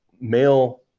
male